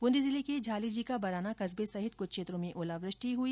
बूंदी जिले के झालीजी का बराना कस्बे सहित कुछ क्षेत्रों में ओलावृष्टि हुई